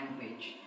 language